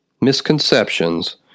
misconceptions